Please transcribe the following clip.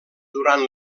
durant